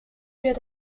wird